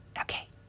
Okay